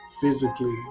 physically